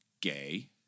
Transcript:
gay